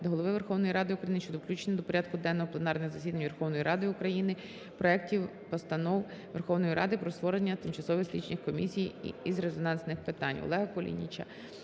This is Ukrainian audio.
до Голови Верховної Ради України щодо включення до порядку денного пленарних засідань Верховної Ради України проектів Постанов Верховної Ради про створення Тимчасових слідчих комісій із резонансних питань.